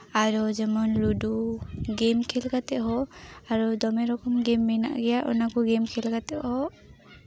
ᱟᱨᱚ ᱡᱮᱢᱚᱱ ludo game ᱠᱷᱮᱞ ᱠᱟᱛᱮ ᱦᱚᱸ ᱟᱨᱚ ᱫᱚᱢᱮ ᱨᱚᱠᱚᱢ ᱜᱮᱢ ᱢᱮᱱᱟᱜ ᱜᱮᱭᱟ ᱚᱱᱟ ᱠᱚ ᱜᱮᱢ ᱠᱷᱮᱞ ᱠᱟᱛᱮ ᱦᱚᱸ